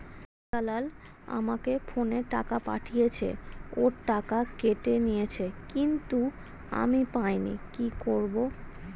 শাহ্জালাল আমাকে ফোনে টাকা পাঠিয়েছে, ওর টাকা কেটে নিয়েছে কিন্তু আমি পাইনি, কি করব?